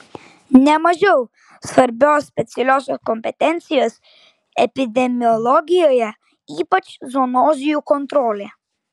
ne mažiau svarbios specialiosios kompetencijos epidemiologijoje ypač zoonozių kontrolė